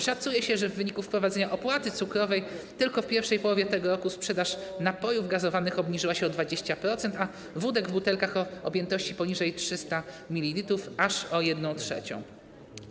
Szacuje się, że w wyniku wprowadzenia opłaty cukrowej tylko w pierwszej połowie tego roku sprzedaż napojów gazowanych obniżyła się o 20%, a wódek w butelkach o objętości poniżej 300 ml - aż o 1/3.